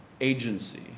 agency